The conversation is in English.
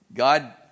God